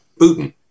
Putin